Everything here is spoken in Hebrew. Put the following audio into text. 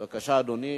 בבקשה, אדוני.